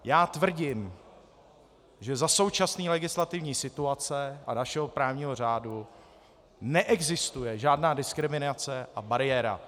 Já tvrdím, že za současné legislativní situace a našeho právního řádu neexistuje žádná diskriminace a bariéra.